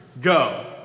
go